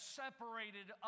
separated